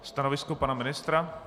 Stanovisko pana ministra?